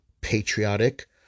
patriotic